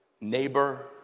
neighbor